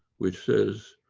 which says,